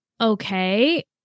okay